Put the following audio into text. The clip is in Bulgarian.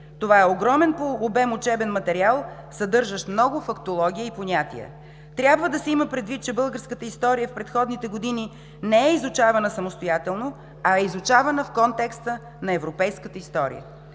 това е огромен по обем учебен материал, съдържащ много фактология и понятия. Трябва да се има предвид, че българската история в предходните години не е изучавана самостоятелно, а е изучавана в контекста на европейската история.